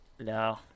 No